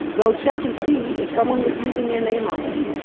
go check and see if someone was using your name already.